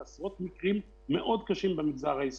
עוד עשרות מקרים מאוד קשים במגזר העסקי.